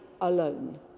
alone